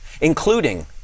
Including